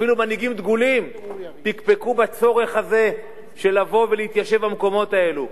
אפילו מנהיגים דגולים פקפקו בצורך הזה לבוא ולהתיישב במקומות האלה.